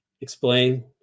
explain